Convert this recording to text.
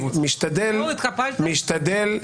אני משתדל,